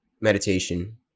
meditation